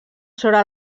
sobre